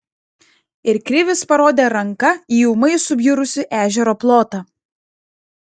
ir krivis parodė ranka į ūmai subjurusį ežero plotą